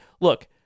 look